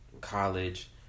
college